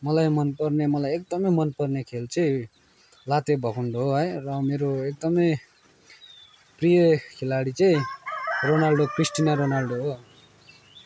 मलाई मन पर्ने मलाई एकदमै मन पर्ने खेल चाहिँ लातेभकुण्डो हो है र एकदमै प्रिय खेलाडी चाहिँ रोनाल्डो क्रिसटिना रोनाल्डो हो